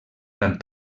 tant